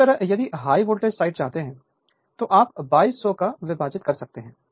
तो इसी तरह यदि हाई वोल्टेज साइड चाहते हैं तो आप 2200 को विभाजित कर सकते हैं